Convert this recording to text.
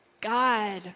God